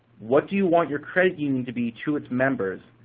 what do you want your credit union to be to its members,